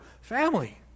Family